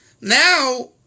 Now